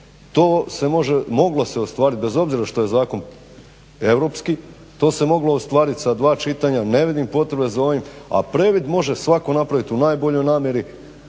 To se moglo ostvarit, bez obzira što je zakon europski, to se moglo ostvarit sa dva čitanja, ne vidim potrebe za ovim. A previd može svatko napravit, u najboljoj mjeri